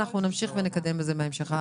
אנחנו נמשיך ונקדם את זה בהמשך.